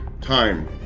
time